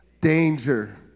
Danger